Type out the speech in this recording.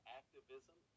activism